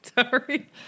Sorry